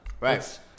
Right